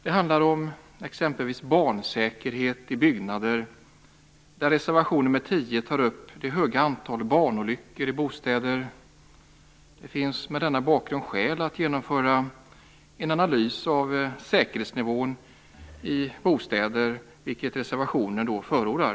Det handlar exempelvis om barnsäkerhet i byggnader, där reservation nr 10 tar upp det höga antalet barnolyckor i bostäder. Det finns mot denna bakgrund skäl att genomföra en analys av säkerhetsnivån i bostäder, vilket reservationen förordar.